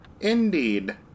Indeed